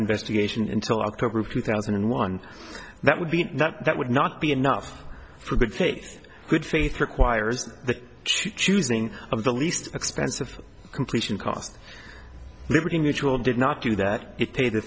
investigation until october of two thousand and one that would be that that would not be enough for good faith good faith requires the choosing of the least expensive completion cost liberty mutual did not do that it paid